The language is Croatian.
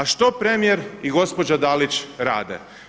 A što premijer i gospođa Dalić rade?